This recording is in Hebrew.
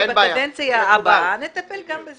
ובקדנציה הבאה נטפל גם בזה.